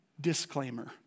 disclaimer